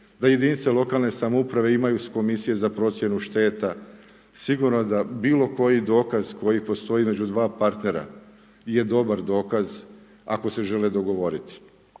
da jedinice lokalne samouprave imaju komisije za procjenu šteta. Sigurno da bilo koji dokaz koji postoji između dva partnera je dobar dokaz ako se žele dogovoriti,